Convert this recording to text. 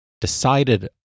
decided